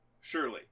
Surely